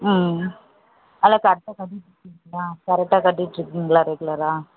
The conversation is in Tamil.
ம் அதெல்லாம் கரெக்ட்டாக கட்டிக்கிட்டு இருக்கீங்களா கரெக்ட்டா கட்டிக்கிட்டு இருக்கீங்களா ரெகுலராக